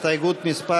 הסתייגות מס'